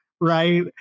right